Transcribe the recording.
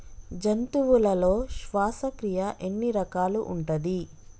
జంతువులలో శ్వాసక్రియ ఎన్ని రకాలు ఉంటది?